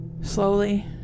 slowly